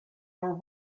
your